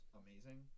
amazing